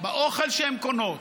באוכל שהן קונות,